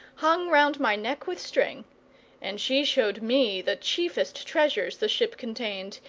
hung round my neck with string and she showed me the chiefest treasures the ship contained,